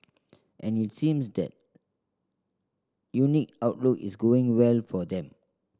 and it seems that unique outlook is going well for them